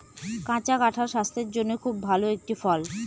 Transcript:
কাঁচা কাঁঠাল স্বাস্থের জন্যে খুব ভালো একটি ফল